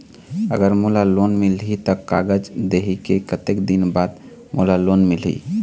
अगर मोला लोन मिलही त कागज देहे के कतेक दिन बाद मोला लोन मिलही?